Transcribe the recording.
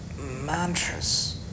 mantras